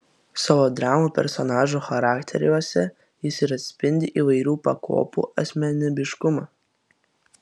savo dramų personažų charakteriuose jis ir atspindi įvairių pakopų asmenybiškumą